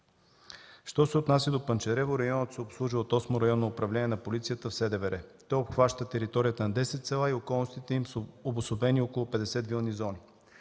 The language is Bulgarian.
Що се отнася до Панчарево, районът се обслужва от Осмо районно управление на полицията в СДВР. Той обхваща територията на десет села и в околностите им са обособени около 50 вилни зони.